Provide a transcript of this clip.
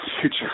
future